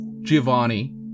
giovanni